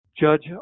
judge